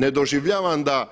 Ne doživljavam da